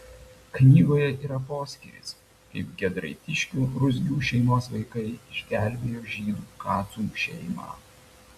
knygoje yra poskyris kaip giedraitiškių ruzgių šeimos vaikai išgelbėjo žydų kacų šeimą